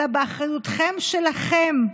אלא באחריותכם שלכם,